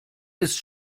ist